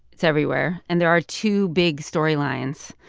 it's everywhere, and there are two big storylines.